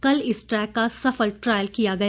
कल इस ट्रैक का सफल ट्रायल किया गया